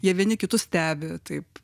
jie vieni kitus stebi taip